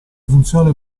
funzione